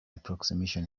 approximation